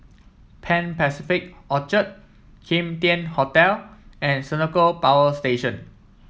Pan Pacific Orchard Kim Tian Hotel and Senoko Power Station